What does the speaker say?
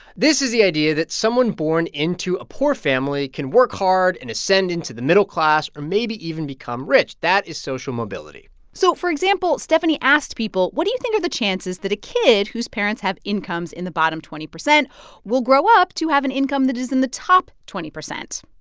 this is the idea that someone born into a poor family can work hard and ascend into the middle class or maybe even become rich. that is social mobility so for example, stefanie asked people, what do you think are the chances that a kid whose parents have incomes in the bottom twenty percent will grow up to have an income that is in the top twenty percent?